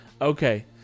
okay